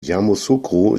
yamoussoukro